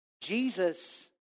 Jesus